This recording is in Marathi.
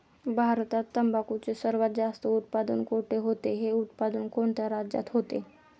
भारतात तंबाखूचे सर्वात जास्त उत्पादन कोठे होते? हे उत्पादन कोणत्या राज्यात होते?